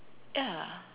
ya